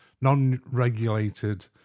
non-regulated